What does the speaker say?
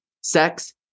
sex